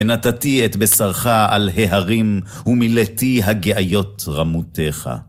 נתתי את בשרך על ההרים, ומילאתי הגאיות רמותיך.